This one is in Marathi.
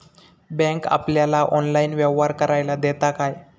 बँक आपल्याला ऑनलाइन व्यवहार करायला देता काय?